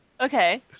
Okay